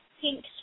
pink